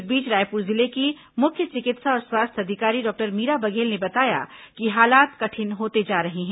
इस बीच रायपुर जिले की मुख्य चिकित्सा और स्वास्थ्य अधिकारी डॉक्टर मीरा बघेल ने बताया कि हालात कठिन होते जा रहे हैं